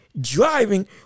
driving